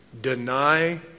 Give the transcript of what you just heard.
Deny